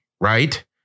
right